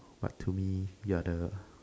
but to me you're the